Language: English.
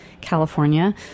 California